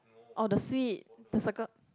or the sweet the circled